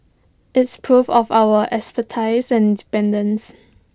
it's proof of our expertise and independence